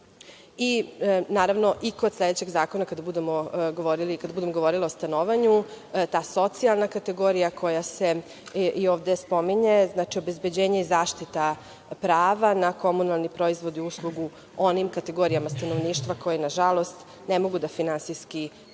i kod sledećeg zakona kada budemo govorila o stanovanju, ta socijalna kategorija koja se i ovde spominje. Znači, obezbeđenje i zaštita prava na komunalni proizvod i uslugu onima kategorijama stanovništva koje na žalost ne mogu da finansijski prate